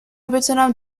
بتونم